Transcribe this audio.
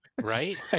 Right